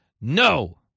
No